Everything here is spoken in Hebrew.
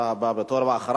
אתה הבא בתור,